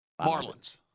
Marlins